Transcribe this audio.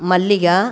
Mallika